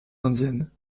indiennes